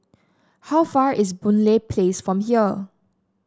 how far is Boon Lay Place from here